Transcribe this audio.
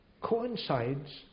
coincides